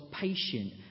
patient